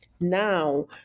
now